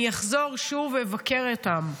אני אחזור שוב ואבקר אותם.